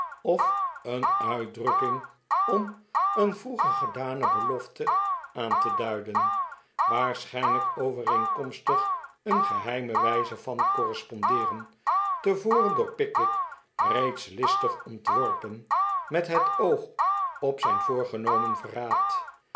of een uitdrukking om een vroeger gedane belofte aan te duiden waarschijnlijk overeenkomstig een geheime wijze van correspondeeren tevoren door pickwick reeds listig ontworpen met het oog op zijn voorgenomen verraad